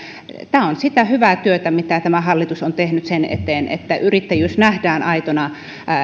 on sitä hyvää työtä mitä hallitus on tehnyt sen eteen että yrittäjyys nähdään aitona